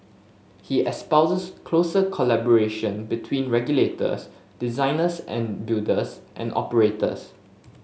he espouses closer collaboration between regulators designers and builders and operators